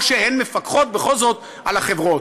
או שהן מפקחות בכל זאת על החברות,